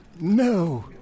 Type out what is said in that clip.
no